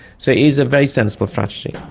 so it is a very sensible strategy.